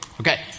Okay